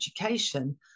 education